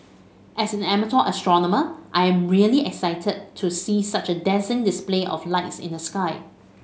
as an amateur astronomer I am really excited to see such a dazzling display of lights in the sky